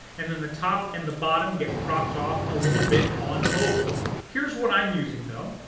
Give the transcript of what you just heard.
and then the top and the bottom get cropped off a little bit on mobile. here's what i'm using, though.